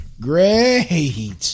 Great